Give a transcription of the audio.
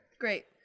Great